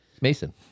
Mason